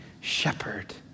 shepherd